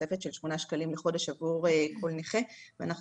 בתוספת של שמונה שקלים לחודש עבור כל נכה ואנחנו